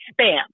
spam